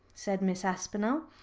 said miss aspinall.